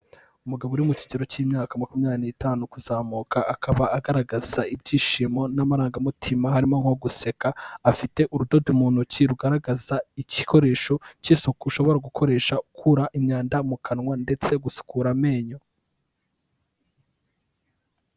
Umugabo uri mu kigero cy'imyaka makumyabiri nitanu kuzamuka, akaba agaragaza ibyishimo n'amarangamutima harimo nko guseka afite urudodo mu ntoki rugaragaza igikoresho cy'isuku ushobora gukoresha uku imyanda mu kanwa ndetse gusukura amenyo.